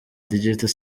digital